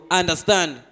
understand